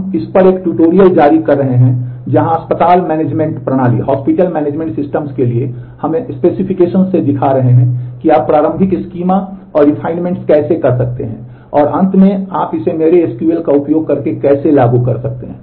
हम इस पर एक ट्यूटोरियल का उपयोग करके कैसे लागू कर सकते हैं